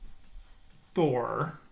Thor